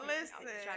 Listen